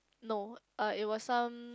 no uh it was some